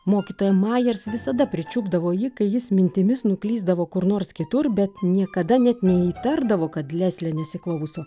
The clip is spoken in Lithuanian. mokytoja majers visada pričiupdavo jį kai jis mintimis nuklysdavo kur nors kitur bet niekada net neįtardavo kad leslė nesiklauso